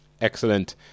Excellent